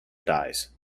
dies